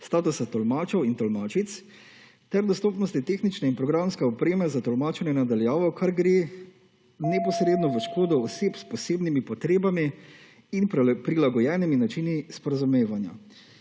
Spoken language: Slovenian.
statusa tolmačev in tolmačic ter dostopnosti tehnične in programske opreme za tolmačenje na daljavo, kar gre neposredno v škodo oseb s posebnimi potrebami in prilagojenimi načini sporazumevanja.